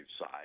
side